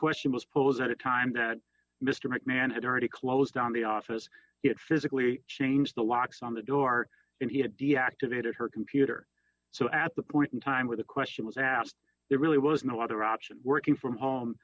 question was posed at a time that mr mcmahon had already closed on the office it physically changed the locks on the door and he had deactivated her computer so at the point in time where the question was asked there really was no other option working from home